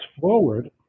forward